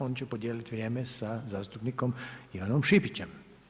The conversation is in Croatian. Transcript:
On će podijeliti vrijeme sa zastupnikom Ivanom Šipićem.